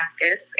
practice